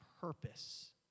purpose